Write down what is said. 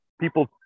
People